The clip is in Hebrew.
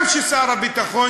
גם שר הביטחון,